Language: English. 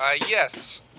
Yes